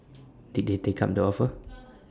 did they take up the offer